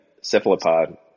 cephalopod